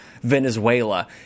Venezuela